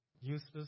useless